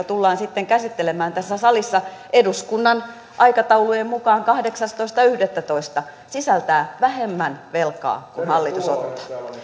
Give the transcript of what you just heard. tullaan sitten käsittelemään tässä salissa eduskunnan aikataulujen mukaan kahdeksastoista yhdettätoista sisältää vähemmän velkaa kuin mitä hallitus ottaa